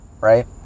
right